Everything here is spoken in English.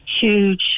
huge